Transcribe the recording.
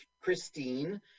Christine